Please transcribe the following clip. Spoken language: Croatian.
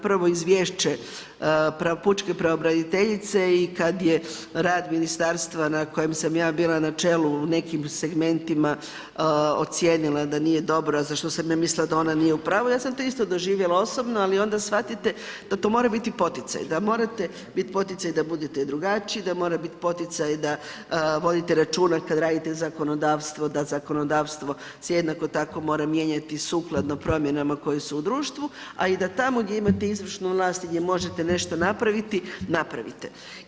Prvo izvješće pučke pravobraniteljice i kad je rad ministarstva kojem sam ja bila na čelu u nekim segmentima ocijenila da nije dobro, a za što sam ja mislila da ona nije u pravu ja sam to isto doživjela osobno, ali onda shvatite da to mora biti poticaj, da morate biti poticaj da budete drugačiji, da mora bit poticaj da vodite računa kad radite zakonodavstvo, da zakonodavstvo se jednako tako mora mijenjati sukladno promjenama koje su u društvu, a i da tamo gdje imate izvršnu vlast i gdje možete nešto napraviti, napravite.